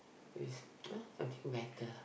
is something better